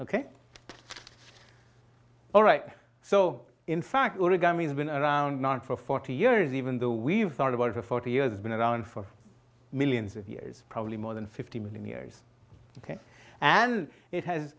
ok all right so in fact origami has been around for forty years even though we've thought about it for forty years it's been around for millions of years probably more than fifty million years and it has